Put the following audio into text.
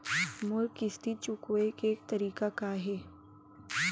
मोर किस्ती चुकोय के तारीक का हे?